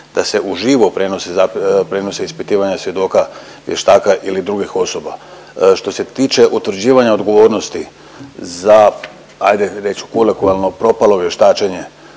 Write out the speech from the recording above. da se uživo prenosi, prenose ispitivanja svjedoka, vještaka ili drugih osoba. Što se tiče utvrđivanja odgovornosti za ajde reći ću kolokvijalno propalo vještačenje